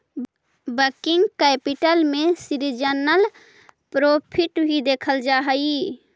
working capital में seasonal profit भी देखल जा हई